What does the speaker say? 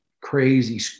crazy